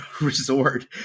resort